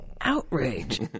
outrage